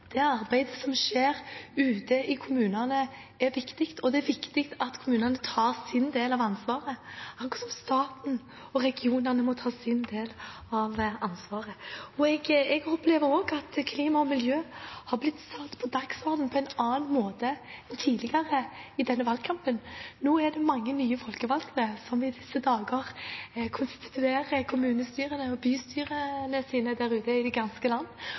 det arbeidet som skjer ute i kommunene, er viktig. Det er viktig at kommunene tar sin del av ansvaret, akkurat som staten og regionene må ta sin del av ansvaret. Jeg også opplever at klima og miljø i denne valgkampen har blitt satt på dagsordenen på en annen måte enn tidligere. Det er mange nye folkevalgte som i disse dager konstituerer kommunestyrer og bystyrer der ute i det ganske land.